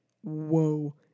whoa